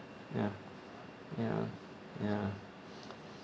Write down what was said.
ya ya ya